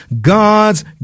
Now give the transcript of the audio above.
God's